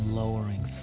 lowering